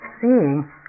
seeing